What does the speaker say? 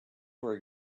were